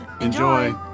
Enjoy